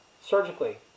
surgically